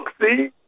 See